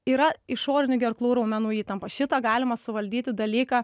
yra išorinių gerklų raumenų įtampa šitą galima suvaldyti dalyką